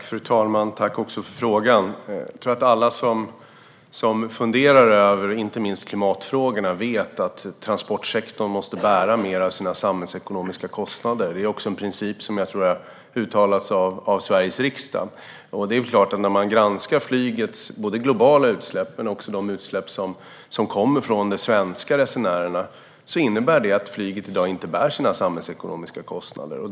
Fru talman! Tack för frågan! Jag tror att alla som funderar över inte minst klimatfrågorna vet att transportsektorn måste bära mer av sina samhällsekonomiska kostnader. Det är också en princip som jag tror har uttalats av Sveriges riksdag. Det är klart att när man granskar flygets globala utsläpp men också andelen utsläpp som kommer från svenska resenärer inser man att flyget i dag inte bär sina samhällsekonomiska kostnader.